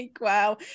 wow